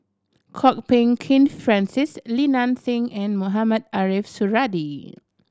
Kwok Peng Kin Francis Li Nanxing and Mohamed Ariff Suradi